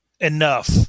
enough